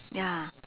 ya